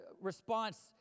response